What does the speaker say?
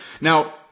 Now